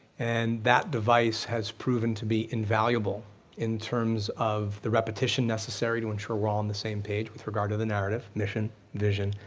and that device has proven to be invaluable in terms of the repetition necessary to ensure we're all on the same page with regard to the narrative, mission, vision,